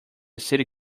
city